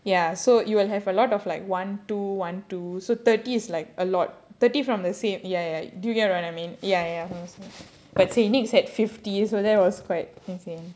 ya so you will have a lot of like one two one two so thirty is like a lot thirty from the same ya ya do you get what I mean ya ya but saint nicks had fifty so that was quite insane